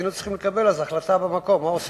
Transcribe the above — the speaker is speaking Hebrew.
והיינו צריכים לקבל החלטה במקום מה עושים: